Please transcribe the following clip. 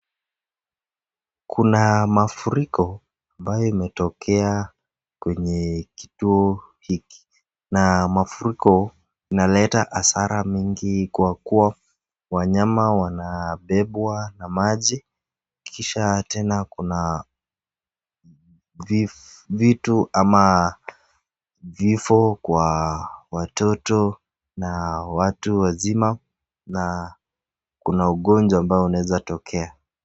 Kuna mafuriko ambayo imetokea kwenye kituo hiki, na mafuriko naleta hasara mingi kwa kuwa wanyama wanabebwa na maji, na pia kuna vitu ama vifo kwa watoto na watu wazima, na kuna ugonjwa ambao unaweza tokea.